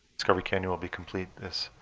discovery canyon will be complete this